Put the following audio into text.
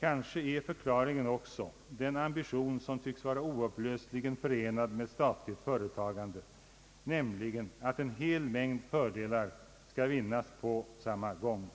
Kanske är förklaringen också den ambition som tycks vara oupplösligen förenad med statligt företagande, nämligen att en hel mängd fördelar skall vinnas på samma gång.